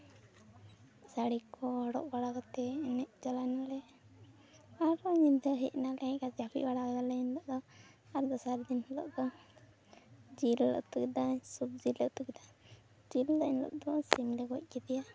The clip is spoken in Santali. ᱥᱟᱹᱲᱤ ᱠᱚ ᱦᱚᱨᱚᱜ ᱵᱟᱲᱟ ᱠᱟᱛᱮ ᱮᱱᱮᱡ ᱪᱟᱞᱟ ᱱᱟᱞᱮ ᱟᱨᱚ ᱧᱤᱫᱟᱹ ᱦᱮᱡᱱᱟᱞᱮ ᱦᱮᱡ ᱠᱟᱛᱮ ᱡᱟᱹᱯᱤᱫ ᱵᱟᱲᱟ ᱠᱮᱫᱟᱞᱤᱧ ᱟᱫᱚ ᱟᱨ ᱫᱚᱥᱟᱨ ᱫᱤᱱ ᱦᱤᱞᱳᱜ ᱫᱚ ᱡᱤᱞ ᱞᱮ ᱩᱛᱩᱭᱮᱫᱟ ᱥᱚᱵᱡᱤᱞᱮ ᱩᱛᱩ ᱠᱮᱫᱟ ᱡᱤᱞ ᱞᱮ ᱮᱱ ᱦᱤᱞᱳᱜ ᱫᱚ ᱥᱤᱢ ᱞᱮ ᱜᱚᱡ ᱠᱮᱫᱮᱭᱟ